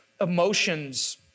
emotions